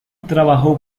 trabajó